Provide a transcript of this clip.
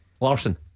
Larson